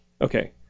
Okay